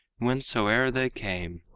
whencesoe'er they came,